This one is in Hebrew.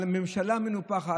על הממשלה המנופחת,